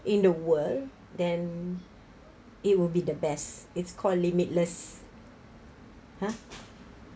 in the world then it will be the best it's called limitless !huh!